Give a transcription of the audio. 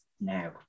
now